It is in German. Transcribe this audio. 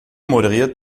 moderiert